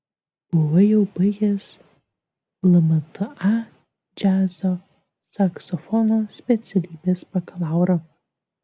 buvai jau baigęs lmta džiazo saksofono specialybės bakalaurą